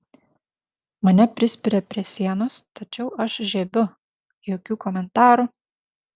mane prispiria prie sienos tačiau aš žiebiu jokių komentarų